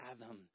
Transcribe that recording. fathom